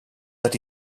that